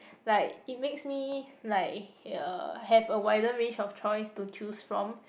like it makes me like uh have a wider range of choice to choose from